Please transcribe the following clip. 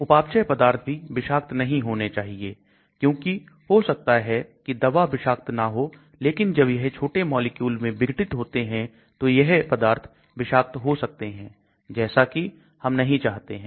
उपापचय पदार्थ भी विषाक्त नहीं होने चाहिए क्योंकि हो सकता है की दवा विषाक्त ना हो लेकिन जब यह छोटे मॉलिक्यूल में विघटित होते है तो यह है पदार्थ विषाक्त हो सकते हैं जैसा कि हम नहीं चाहते हैं